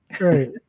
Right